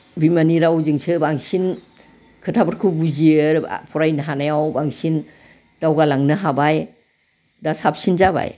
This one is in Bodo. बिमानि रावजोंसो बांसिन खोथाफोरखौ बुजियो फरायनो हानायाव बांसिन दावगालांनो हाबाय दा साबसिन जाबाय